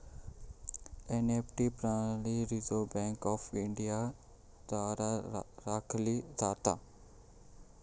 NEFT प्रणाली Reserve Bank of India द्वारा राखली जाता